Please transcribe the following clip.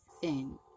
thin